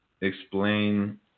explain